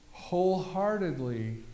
wholeheartedly